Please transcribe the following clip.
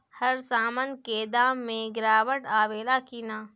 हर सामन के दाम मे गीरावट आवेला कि न?